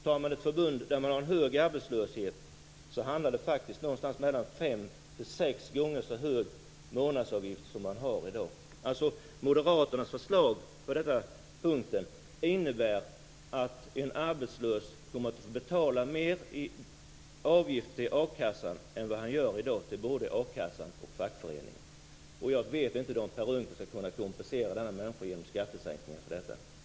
Tar man ett förbund där man har en hög arbetslöshet handlar det faktiskt om någonstans mellan fem och sex gånger så hög månadsavgift som man har i dag. Moderaternas förslag på denna punkt innebär att en arbetslös kommer att betala mer i avgift till akassan än vad han i dag betalar till både a-kassan och fackföreningen. Jag vet inte om Per Unckel skall kunna kompensera de här människorna genom skattesänkningar.